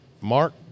Mark